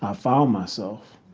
ah found myself.